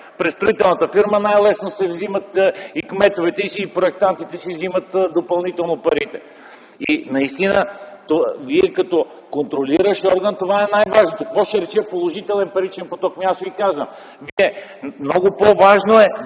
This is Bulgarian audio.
През строителната фирма най-лесно се вземат – и кметовете, и проектантите си вземат допълнително парите. За Вас като контролиращ орган това е най-важното. Какво ще рече „положителен паричен поток”? Аз ще Ви кажа - много по-важно е